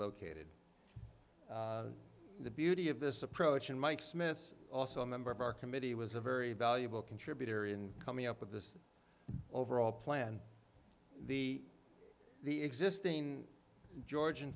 located the beauty of this approach and mike smith also a member of our committee was a very valuable contributor in coming up with this overall plan the the existing georgia